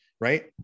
right